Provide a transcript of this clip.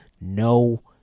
no